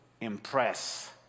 impress